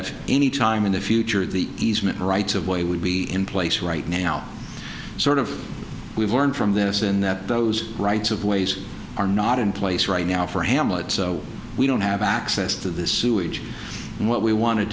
at any time in the future the easement rights of way would be in place right now sort of we've learned from this in that those rights of ways are not in place right now for hamlet so we don't have access to this sewage and what we wanted